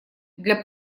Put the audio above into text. для